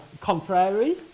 contrary